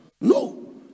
no